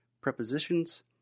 prepositions